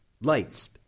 lights